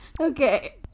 Okay